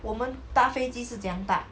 我们搭飞机是这么样搭